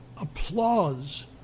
applause